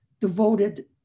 devoted